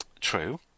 True